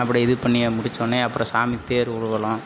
அப்படி இது பண்ணி முடிச்சவொன்னே அப்புறம் சாமி தேர் ஊர்வலம்